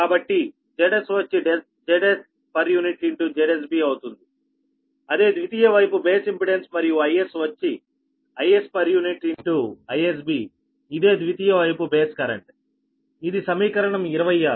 కాబట్టి Zs వచ్చి Zs ZsB అవుతుంది ఇదే ద్వితీయ వైపు బేస్ ఇంపెడెన్స్ మరియు Is వచ్చి Is IsB ఇదే ద్వితీయ వైపు బేస్ కరెంట్ ఇది సమీకరణం 26